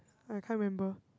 I can't remember